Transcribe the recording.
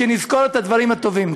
שנזכור את הדברים הטובים.